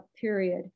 period